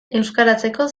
euskaratzeko